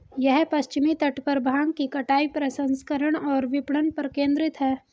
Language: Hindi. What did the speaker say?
यह पश्चिमी तट पर भांग की कटाई, प्रसंस्करण और विपणन पर केंद्रित है